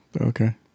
Okay